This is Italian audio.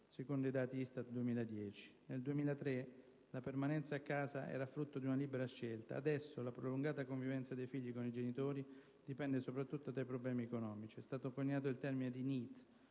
secondo i dati ISTAT 2010). Nel 2003 la permanenza a casa era frutto di una libera scelta; adesso la prolungata convivenza dei figli con i genitori dipende soprattutto dai problemi economici. Per definirli è